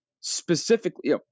specifically